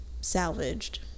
salvaged